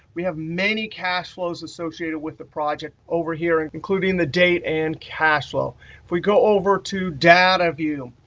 we have many cash flows associated with the project over here, and including the date and cash flow. if we go over to data view,